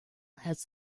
has